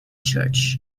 church